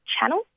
channel